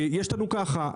יש לנו ככה,